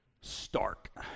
stark